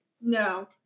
No